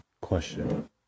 question